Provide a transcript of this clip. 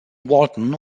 walton